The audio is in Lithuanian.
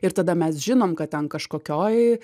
ir tada mes žinom kad ten kažkokioj